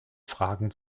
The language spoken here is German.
fragen